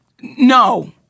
No